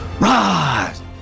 rise